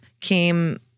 came